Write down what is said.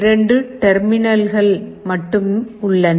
இரண்டு டெர்மினல்கள் மட்டும் உள்ளன